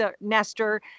nester